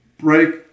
break